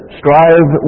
strive